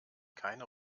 keine